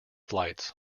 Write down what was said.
flights